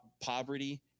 poverty